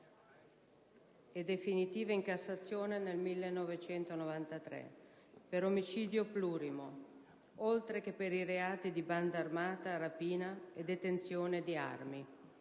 e definitiva in Cassazione nel 1993, per omicidio plurimo, oltre che per i reati di banda armata, rapina e detenzione di armi.